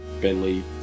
Bentley